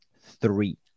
Three